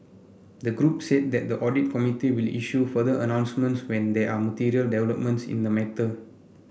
the group said that the audit committee will issue further announcements when there are material developments in the matter